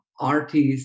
artists